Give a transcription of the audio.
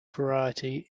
variety